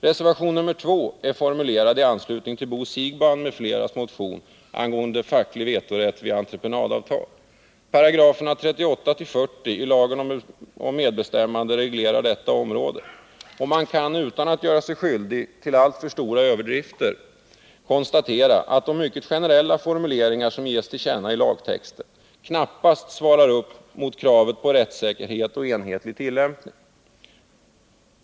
Reservation nr 2 är formulerad i anslutning till Bo Siegbahns m.fl. motion angående facklig vetorätt vid entreprenadavtal. 38-40 §§ i lagen om medbestämmande reglerar detta område, och man kan utan att göra sig skyldig till alltför stora överdrifter konstatera att de mycket generella formuleringar som ges till känna i lagtexten knappast svarar mot kravet på rättssäkerhet och enhetlig tillämpning.